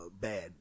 bad